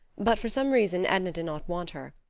but for some reason edna did not want her.